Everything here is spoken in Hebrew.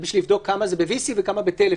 זה בשביל לבדוק כמה ב-VC וכמה בטלפון.